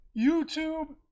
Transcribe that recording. YouTube